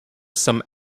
some